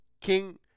King